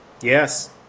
Yes